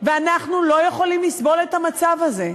ואנחנו לא יכולים לסבול את המצב הזה.